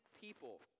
people